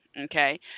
okay